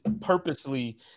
Purposely